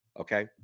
Okay